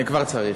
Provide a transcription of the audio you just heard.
אני כבר צריך.